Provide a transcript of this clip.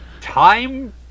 time